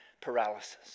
paralysis